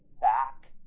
back